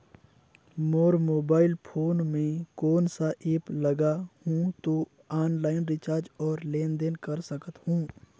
मोर mobile phone मे कोन सा एप्प लगा हूं तो ऑनलाइन रिचार्ज और लेन देन कर सकत हू?